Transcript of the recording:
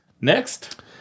Next